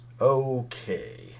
Okay